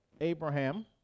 Abraham